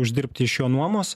uždirbti iš jo nuomos